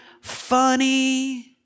funny